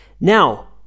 Now